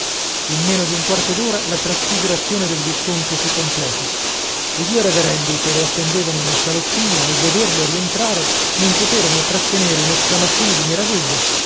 in meno di un quarto d'ora la trasfigurazione del visconte fu completa i due reverendi che lo attendevano nel salottino al vederlo rientrare non poterono trattenere un'esclamazione di meraviglia